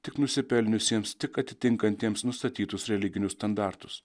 tik nusipelniusiems tik atitinkantiems nustatytus religinius standartus